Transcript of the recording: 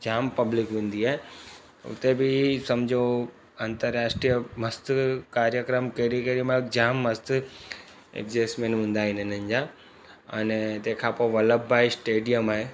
जाम public वेंदी आहे उते बि सम्झो अंतर्राष्ट्रीय मस्त कार्यक्रम केॾी केॾी महिल जाम मस्तु एडजस्टमेंट हूंदा आहिनि हिननि जा अने तंहिंखा पोइ वल्लभ भाई स्टेडियम आहे